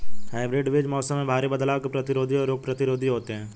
hybrid बीज मौसम में भारी बदलाव के प्रतिरोधी और रोग प्रतिरोधी होते हैं